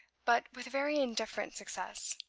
but with very indifferent success.